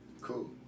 Cool